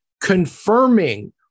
confirming